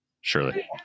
Surely